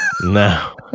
No